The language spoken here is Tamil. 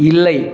இல்லை